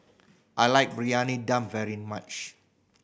I like Briyani Dum very much